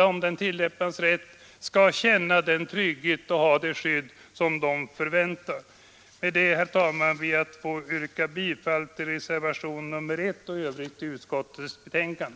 rätta tillämpning skall känna den trygghet och få det skydd som de förväntar. Med detta ber jag att få yrka bifall till reservationen 1 och i övrigt till utskottets betänkande.